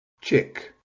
chick